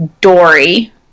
Dory